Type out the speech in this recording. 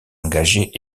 engagés